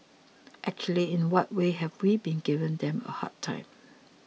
actually in what way have we been giving them a hard time